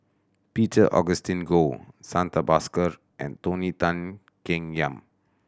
Peter Augustine Goh Santha Bhaskar and Tony Tan Keng Yam